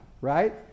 right